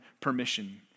permission